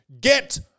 Get